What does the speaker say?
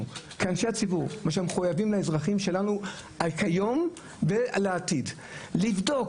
אנחנו כאנשי הציבור ושמחויבים לאזרחים שלנו כיום ולעתיד לבדוק,